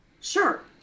sure